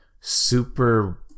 super